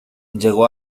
llegó